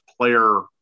player